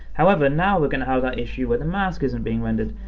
however, now we're gonna have that issue where the mask isn't being rendered.